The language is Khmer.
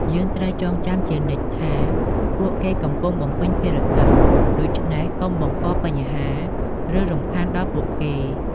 យើងត្រូវចងចាំជានិច្ចថា ពួកគេកំពុងបំពេញភារកិច្ច ដូច្នេះកុំបង្កបញ្ហា ឬរំខានដល់ពួកគេ។